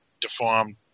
deformed